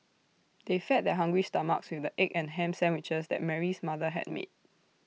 they fed their hungry stomachs with the egg and Ham Sandwiches that Mary's mother had made